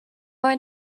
going